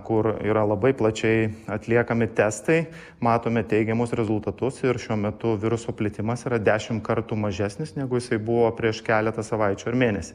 kur yra labai plačiai atliekami testai matome teigiamus rezultatus ir šiuo metu viruso plitimas yra dešim kartų mažesnis negu jisai buvo prieš keletą savaičių ar mėnesį